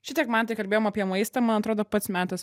šitiek mantai kalbėjom apie maistą man atrodo pats metas